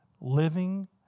living